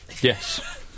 Yes